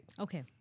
Okay